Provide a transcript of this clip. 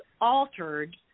altered